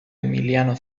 emiliano